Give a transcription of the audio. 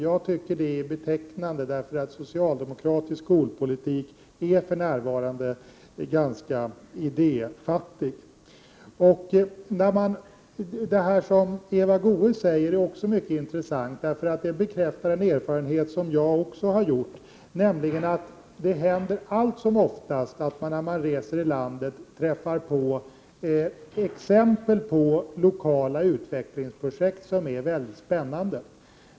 Jag tycker att det är betecknande, eftersom socialdemokratisk skolpolitik för närvarande är ganska idéfattig. Det som Eva Goés säger är också mycket intressant. Det bekräftar en erfarenhet som jag också har, nämligen att det allt som oftast händer att man, när man reser i landet, träffar på exempel på lokala utvecklingsprojekt som är mycket spännande.